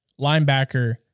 linebacker